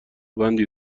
بندی